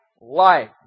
life